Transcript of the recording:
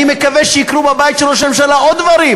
אני מקווה שיקרו בבית של ראש הממשלה עוד דברים